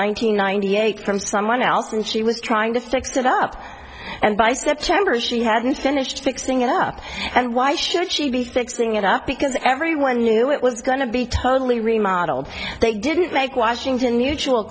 hundred ninety eight from someone else and she was trying to fix it up and by september she hadn't finished mixing it up and why should she be expecting it up because everyone knew it was going be totally remodeled they didn't make washington mutual